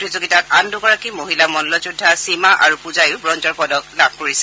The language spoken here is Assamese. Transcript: প্ৰতিযোগিতাত আন দূগৰাকী মহিলা মন্নযোদ্ধা সীমা আৰু পূজাইয়ো ব্ৰঞ্জৰ পদক লাভ কৰিছে